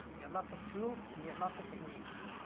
we have lots of tools. and we have lots of techniques.